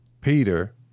Peter